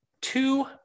two